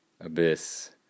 abyss